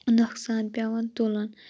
نقصان پیٚوان تُلُن